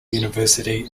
university